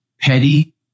petty